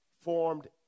formed